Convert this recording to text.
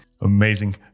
Amazing